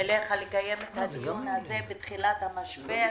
אליך לקיים את הדיון הזה בתחילת המשבר,